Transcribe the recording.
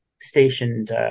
stationed